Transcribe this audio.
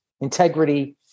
integrity